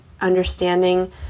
understanding